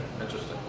Interesting